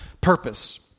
purpose